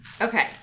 Okay